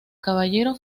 caballero